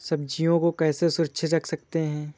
सब्जियों को कैसे सुरक्षित रख सकते हैं?